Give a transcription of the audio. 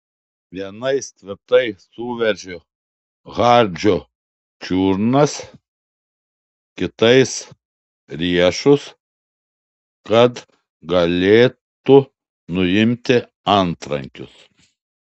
vienais tvirtai suveržė hardžio čiurnas kitais riešus kad galėtų nuimti antrankius